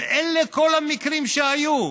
ואלה כל המקרים שהיו.